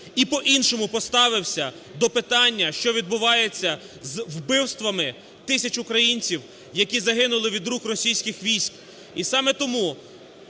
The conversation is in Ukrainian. і по-іншому поставився до питання, що відбувається з вбивствами тисяч українців, які загинули від рук російських військ. І саме тому